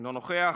אינו נוכח,